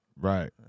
Right